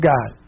God